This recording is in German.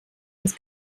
des